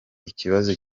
ikibazo